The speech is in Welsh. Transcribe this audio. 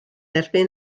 erbyn